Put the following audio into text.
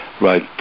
right